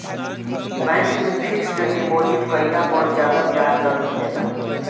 bank में fixed deposit कईला पर ज्यादा ब्याज दर मिलेला